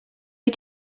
wyt